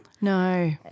No